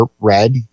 red